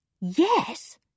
Yes